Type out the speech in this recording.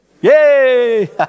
Yay